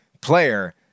player